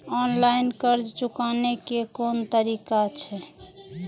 Online कर्ज चुकाने के कोन तरीका छै?